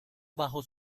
bajo